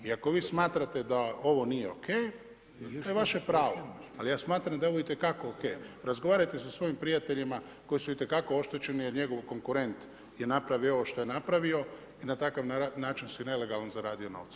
I ako vi smatrate da ovo nije ok, to je vaše pravo, ali ja smatram da je ovo itekako ok, razgovarajte sa svojim prijateljima, koji su itekako oštećeni, od njegovog konkurenta, je napravio ovo što je napravio i na takav način si je nelegalno zaradio novce.